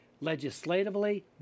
legislatively